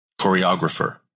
choreographer